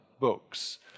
books